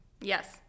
Yes